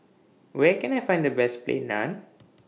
Where Can I Find The Best Plain Naan